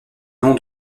non